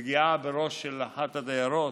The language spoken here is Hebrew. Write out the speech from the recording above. פגיעה בראשה של אחת הדיירות,